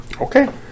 Okay